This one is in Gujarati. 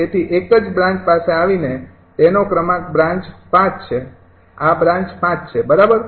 તેથી એક જ બ્રાન્ચ પાસે આવીએ તેનો ક્રમાંક બ્રાન્ચ ૫ છે આ બ્રાન્ચ ૫ છે બરાબર